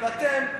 אתם,